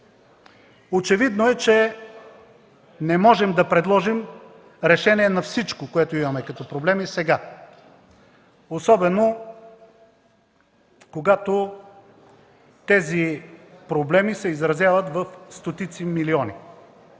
Очевидно е, че не можем да предложим решения на всичко, което имаме като проблеми сега, особено когато тези проблеми се изразяват в стотици милиони.